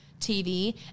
tv